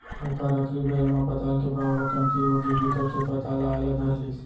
ओखर आखरी बेरा म पताल के भाव ह कमती होगिस बिकट के पताल आए ल धर लिस